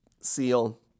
seal